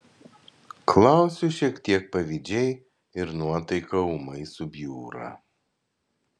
klausiu šiek tiek pavydžiai ir nuotaika ūmai subjūra